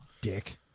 Dick